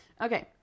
Okay